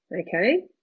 okay